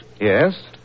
Yes